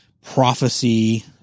prophecy